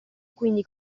quindi